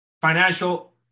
financial